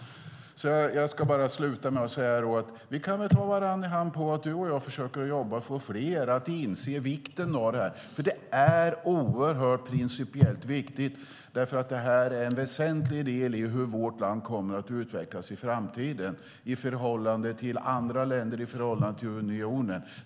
Jag ska bara avsluta med att säga att vi väl kan ta varandra i hand på att vi ska försöka jobba för att få fler att inse vikten av subsidiaritetsprövning. Den är principiellt oerhört viktig, därför att den är en väsentlig del i hur vårt land kommer att utvecklas i framtiden i förhållande till andra länder, i förhållande till unionen.